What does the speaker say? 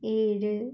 ഏഴ്